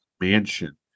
mansion